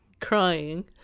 crying